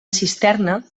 cisterna